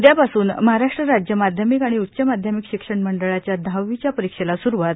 उद्यापासून महाराष्ट्र राज्य माध्यमिक आणि उच्च माध्यमिक शिक्षण मंडळाच्या दहावीच्या परिक्षेला स्रूवात